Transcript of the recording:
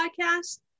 podcast